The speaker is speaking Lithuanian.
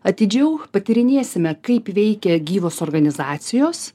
atidžiau patyrinėsime kaip veikia gyvos organizacijos